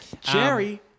Jerry